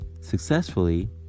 successfully